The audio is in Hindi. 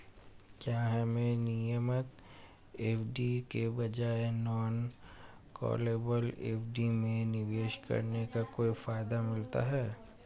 क्या हमें नियमित एफ.डी के बजाय नॉन कॉलेबल एफ.डी में निवेश करने का कोई फायदा मिलता है?